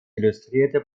illustrierte